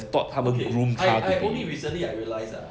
okay I I only recently I realise ah